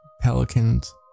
pelicans